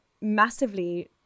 massively